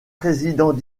président